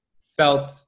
felt